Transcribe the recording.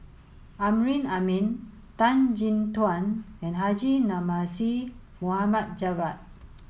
Amrin Amin Tan Chin Tuan and Haji Namazie Mohd Javad